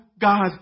God